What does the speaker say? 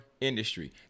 industry